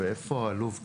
איפה האלוף גיל?